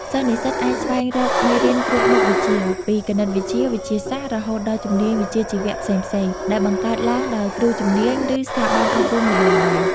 សិស្សនិស្សិតអាចស្វែងរកមេរៀនគ្រប់មុខវិជ្ជា ពីគណិតវិទ្យា វិទ្យាសាស្ត្រ រហូតដល់ជំនាញវិជ្ជាជីវៈផ្សេងៗ ដែលបង្កើតឡើងដោយគ្រូជំនាញ ឬស្ថាប័នអប់រំល្បីៗ។